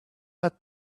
had